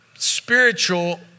spiritual